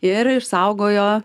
ir išsaugojo